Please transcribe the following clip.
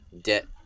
debt